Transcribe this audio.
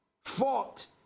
fought